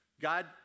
God